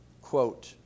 Quote